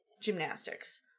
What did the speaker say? gymnastics